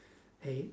eight